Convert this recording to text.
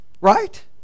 Right